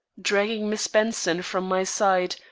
dragging miss benson from my side,